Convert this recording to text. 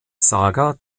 saga